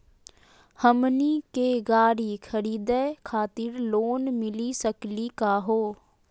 हमनी के गाड़ी खरीदै खातिर लोन मिली सकली का हो?